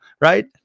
right